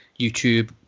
YouTube